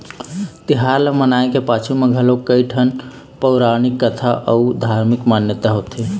तिहार ल मनाए के पाछू म घलोक कइठन पउरानिक कथा अउ धारमिक मान्यता होथे